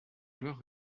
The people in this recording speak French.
joueurs